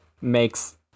makes